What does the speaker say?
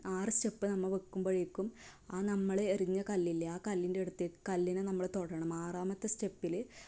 ആറ് സ്റ്റെപ്പ് നമ്മൾ വെക്കുമ്പോഴേക്കും ആ നമ്മൾ എറിഞ്ഞ കല്ലില്ലേ ആ കല്ലിന്റെ അടുത്തേക്ക് ആ കല്ലിനെ നമ്മൾ തൊടണം ആറാമത്തെ സ്റ്റെപ്പിൽ